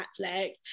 Netflix